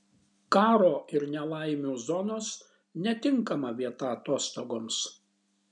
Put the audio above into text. karo ir nelaimių zonos netinkama vieta atostogoms